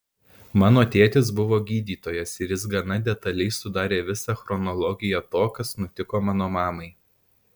mano tėtis buvo gydytojas ir jis gana detaliai sudarė visą chronologiją to kas nutiko mano mamai